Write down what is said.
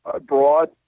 Broad